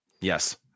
yes